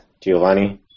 Giovanni